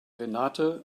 renate